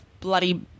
bloody